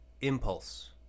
impulse